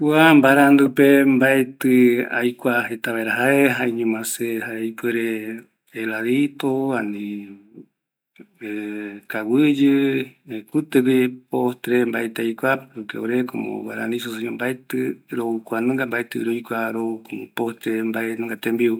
Kua marandupe, mbaeti aikua vaera jeta jae, jeñoma jaeta, heladito, ˂hesitation˃ kaguiyi, kutigui postre mbaeti aikua, ore roikova Guarani Isoseño mbaeti rou kuaniga, mbaeti roikua rou postre, mbanunga tembiura